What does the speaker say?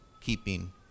keeping